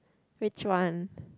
which one